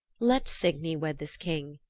let signy wed this king.